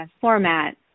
format